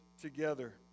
together